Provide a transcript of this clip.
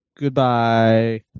Goodbye